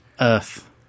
Earth